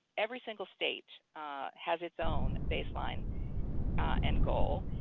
every single state has its own baseline and goal.